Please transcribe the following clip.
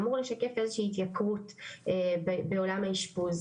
והוא אמור לשקף איזו שהיא התייקרות בעולם האשפוז.